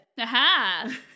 Aha